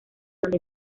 donde